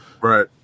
Right